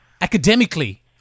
academically